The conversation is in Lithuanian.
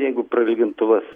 jeigu prailgintuvas